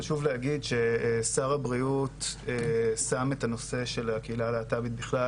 חשוב לי להגיד ששר הבריאות שם את הנושא של הקהילה הלהט"בית בכלל